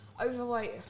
overweight